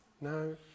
No